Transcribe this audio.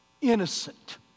innocent